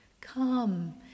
come